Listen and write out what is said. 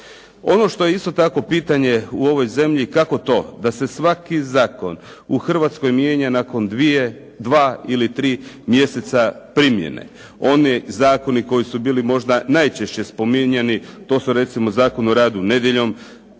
Ono što je isto tako pitanje u ovoj zemlji kako to da se svaki zakon u Hrvatskoj mijenja nakon dvije, dva ili tri mjeseca primjene. Oni zakoni koji su bili možda najčešće spominjani to su recimo Zakon o radu nedjeljom.